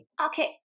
okay